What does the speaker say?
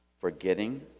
Forgetting